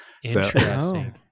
Interesting